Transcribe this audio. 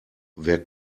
wer